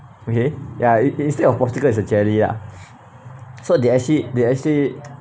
okay ya it instead of popsicle it's a jelly ah so they actually they actually